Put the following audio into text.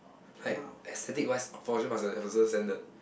like aesthetic wise must have a certain standard